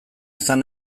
izan